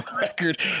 record